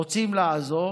רוצים לעזור,